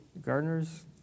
Gardeners